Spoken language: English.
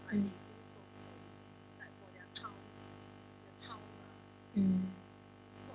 mm mm